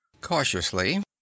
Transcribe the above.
Cautiously